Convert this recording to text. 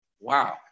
Wow